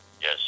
Yes